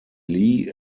lee